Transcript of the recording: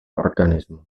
organismu